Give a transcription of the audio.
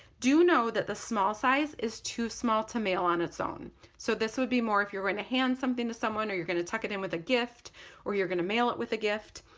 do know that the small size is too small to mail on its own so this would be more if you're going to hand something to someone or you're gonna tuck it in with a gift or you're gonna mail it with a gift.